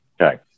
Okay